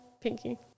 Pinky